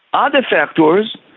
other factors,